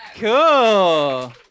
Cool